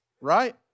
right